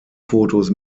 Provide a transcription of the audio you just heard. fotos